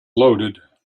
loaded